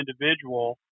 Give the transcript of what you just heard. individual